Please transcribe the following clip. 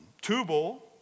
Tubal